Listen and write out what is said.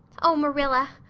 oh, marilla,